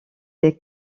des